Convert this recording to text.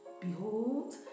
Behold